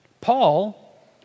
Paul